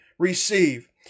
receive